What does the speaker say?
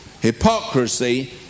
Hypocrisy